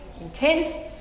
intense